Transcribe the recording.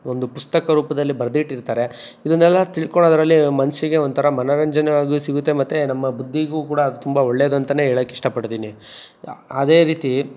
ಒಂದು ಪುಸ್ತಕ ರೂಪದಲ್ಲಿ ಬರೆದಿಟ್ಟಿರ್ತಾರೆ ಇದನ್ನೆಲ್ಲ ತಿಳ್ಕೊಳೋದ್ರಲ್ಲಿ ಮನಸಿಗೆ ಒಂಥರ ಮನೋರಂಜನೆಯಾಗೂ ಸಿಗುತ್ತೆ ಮತ್ತು ನಮ್ಮ ಬುದ್ಧಿಗೂ ಕೂಡ ತುಂಬ ಒಳ್ಳೆಯದಂತ ಹೇಳಕ್ ಇಷ್ಟಪಡ್ತೀನಿ ಅದೇ ರೀತಿ